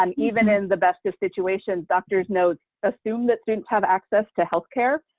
um even in the best of situations, doctor's note assume that students have access to healthcare.